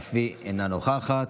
אף היא אינה נוכחת.